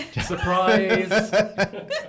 Surprise